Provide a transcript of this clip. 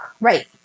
Right